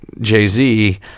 Jay-Z